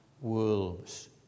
wolves